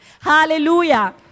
Hallelujah